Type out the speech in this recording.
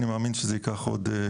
אני מאמין שזה ייקח עוד,